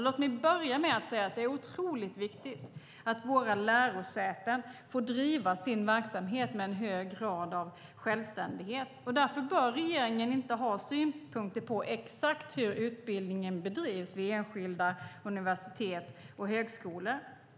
Låt mig börja med att säga att det är otroligt viktigt att våra lärosäten får driva sin verksamhet med en hög grad av självständighet. Därför bör regeringen inte ha synpunkter på exakt hur utbildningen bedrivs vid enskilda universitet och högskolor.